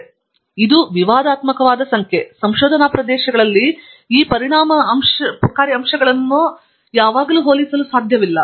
ಮತ್ತು ಇದು ವಿವಾದಾತ್ಮಕವಾದ ಸಂಖ್ಯೆ ಸಂಶೋಧನಾ ಪ್ರದೇಶಗಳಲ್ಲಿ ಈ ಪರಿಣಾಮಕಾರಿ ಅಂಶಗಳನ್ನು ಹೋಲಿಸಲು ಸಾಧ್ಯವಿಲ್ಲ